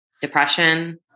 depression